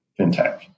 fintech